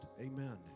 Amen